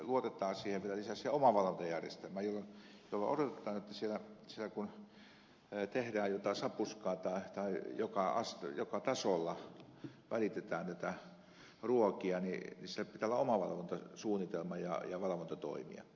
nythän luotetaan vielä lisäksi siihen omavalvontajärjestelmään jolloin odotetaan että kun tehdään jotain sapuskaa tai joka tasolla välitetään ruokia niin sille pitää olla omavalvontasuunnitelma ja valvontatoimia